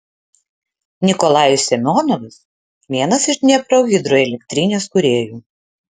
nikolajus semionovas vienas iš dniepro hidroelektrinės kūrėjų